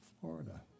Florida